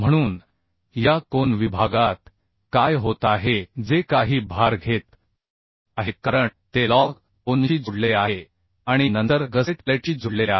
म्हणून या कोन विभागात काय होत आहे जे काही भार घेत आहे कारण ते लजकोनशी जोडलेले आहे आणि नंतर गसेट प्लेटशी जोडलेले आहे